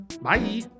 Bye